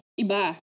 iba